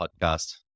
podcast